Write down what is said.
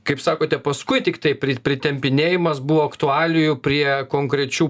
kaip sakote paskui tiktai pri pritempinėjimas buvo aktualijų prie konkrečių